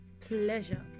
pleasure